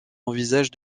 envisage